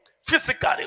physically